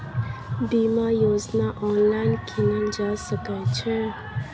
बीमा योजना ऑनलाइन कीनल जा सकै छै?